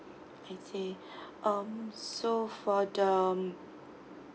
I see um so for the um